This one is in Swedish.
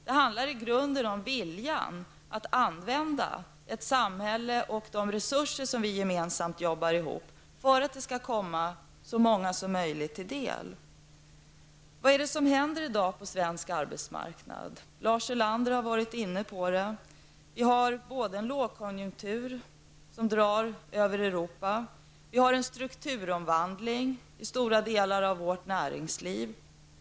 Det handlar i grund och botten om viljan att använda ett samhälle och de resurser som vi gemensamt arbetar ihop för att det hela skall komma så många som möjligt till del. Ulander har varit inne på frågan. Vi har en lågkonjunktur som drar fram över Europa. Vidare har vi en strukturomvandling inom stora delar av vårt näringsliv.